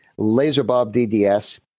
laserbobdds